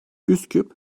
üsküp